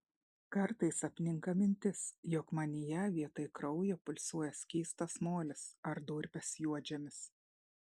kartais apninka mintis jog manyje vietoj kraujo pulsuoja skystas molis ar durpės juodžemis